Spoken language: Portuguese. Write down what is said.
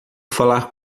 falar